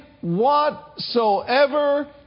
whatsoever